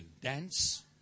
Dance